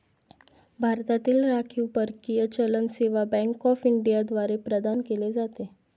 भारतातील राखीव परकीय चलन सेवा बँक ऑफ इंडिया द्वारे प्रदान केले जाते